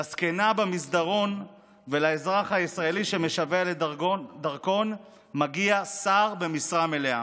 לזקנה במסדרון ולאזרח הישראלי שמשווע לדרכון מגיע שר במשרה מלאה.